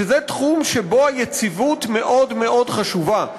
שזה תחום שבו היציבות מאוד מאוד חשובה.